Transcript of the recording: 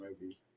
movie